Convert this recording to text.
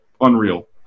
unreal